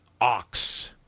Ox